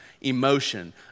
emotion